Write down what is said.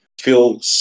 feel